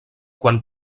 quan